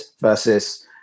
versus